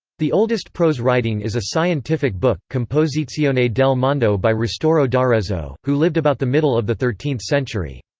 the oldest prose writing is a scientific book, composizione del mondo by ristoro d'arezzo, who lived about the middle of the thirteenth century.